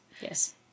Yes